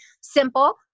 Simple